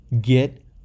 get